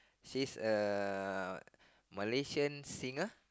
she's a Malaysian singer